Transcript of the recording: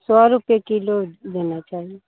सौ रुपये किलो देना चाहिए